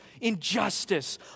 injustice